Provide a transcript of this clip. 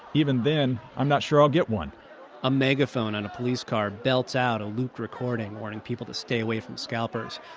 even then, i'm not sure i'll get one a megaphone on a police car belts out a looped recording, warning people to stay away from scalpers.